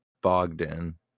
Bogdan